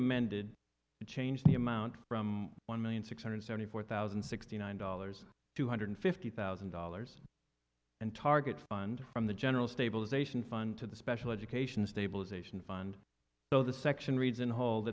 amended to change the amount from one million six hundred seventy four thousand and sixty nine dollars two hundred fifty thousand dollars and target funds from the general stabilization fund to the special education stabilization fund though the section reads in whol